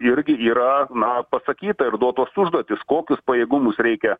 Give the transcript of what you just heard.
irgi yra na pasakyta ir duotos užduotys kokius pajėgumus reikia